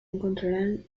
encontrarán